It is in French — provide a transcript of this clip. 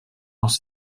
dans